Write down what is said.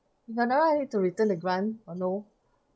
I need to return the grant or no